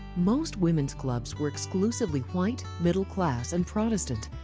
most women's clubs were exclusively white, middle class and protestant.